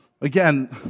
Again